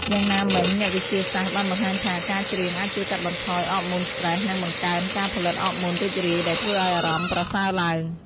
យ៉ាងណាមិញ អ្នកវិទ្យាសាស្ត្របានបង្ហាញថា ការច្រៀងអាចជួយកាត់បន្ថយអរម៉ូនស្ត្រេស និងបង្កើនការផលិតអរម៉ូនរីករាយ ដែលធ្វើឲ្យអារម្មណ៍ប្រសើរឡើង។